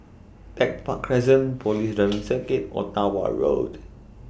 Tech Park Crescent Police Driving Circuit Ottawa Road